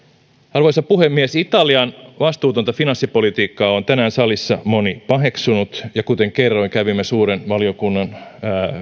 arvoisa puhemies italian vastuutonta finanssipolitiikkaa on tänään salissa moni paheksunut ja kuten kerroin kävimme suuren valiokunnan